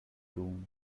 room